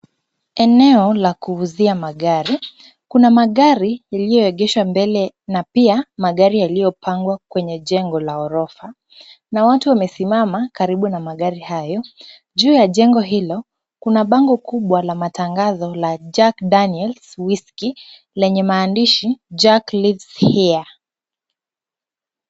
Eneo la kuuzia magari, kuna magari iliyoegeshwa mbele na pia magari yaliyopangwa kwenye jengo la ghorofa na watu wamesimama karibu na magari hayo. Juu ya jengo hilo kuna bango kubwa la matangazo la Jack Daniels Whiskey lenye maandishi Jack Lives here .